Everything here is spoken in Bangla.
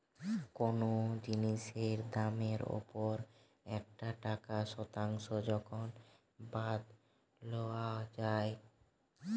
কোনো জিনিসের দামের ওপর একটা টাকার শতাংশ যখন বাদ লওয়া যাই